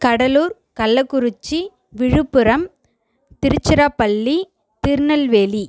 Cuddalore Kallakurichi Villupuram Tiruchirappalli Tirunelveli